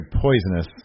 poisonous